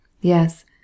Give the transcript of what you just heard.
Yes